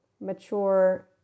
mature